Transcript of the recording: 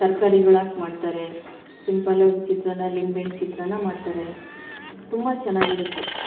ತರ್ಕಾರಿಗಳು ಹಾಕಿ ಮಾಡ್ತಾರೆ ಸಿಂಪಲ್ಲಾಗಿ ಚಿತ್ರಾನ್ನ ಲಿಂಬೆಹಣ್ಣು ಚಿತ್ರಾನ್ನ ಮಾಡ್ತಾರೆ ತುಂಬ ಚೆನ್ನಾಗಿರುತ್ತೆ